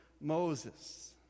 Moses